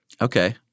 Okay